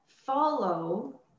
follow